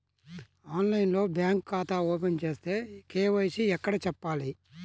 ఆన్లైన్లో బ్యాంకు ఖాతా ఓపెన్ చేస్తే, కే.వై.సి ఎక్కడ చెప్పాలి?